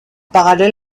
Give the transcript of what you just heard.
parallèle